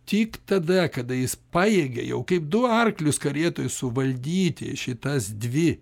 tik tada kada jis pajėgia jau kaip du arklius karietoj suvaldyti šitas dvi